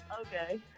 Okay